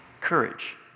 courage